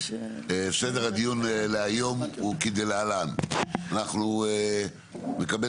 סדר הדיון להיום הוא כדלהלן: אנחנו נקבל